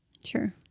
Sure